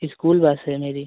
school bus है मेरी